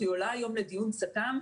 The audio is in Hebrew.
היא עולה היום לדיון צט"מ.